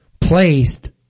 placed